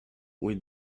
with